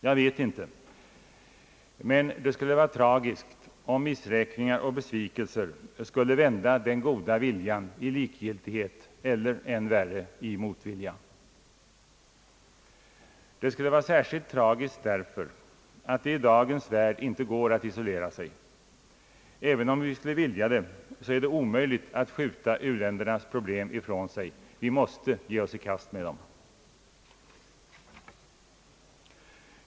Jag vet inte, men det skulle vara tragiskt om missräkningar och besvikelser skulle vända den goda viljan i likgiltighet eller — än värre — i motvilja. Det skulle vara särskilt tragiskt därför att det i dagens värld inte går att isolera sig. Även om vi skulle vilja det, är det omöjligt att skjuta u-ländernas problem ifrån sig. Vi måste ge oss i kast med dem.